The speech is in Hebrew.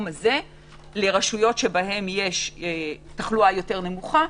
הזה לרשויות שבהן יש תחלואה יותר נמוכה,